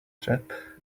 trap